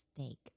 Steak